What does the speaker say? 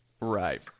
Right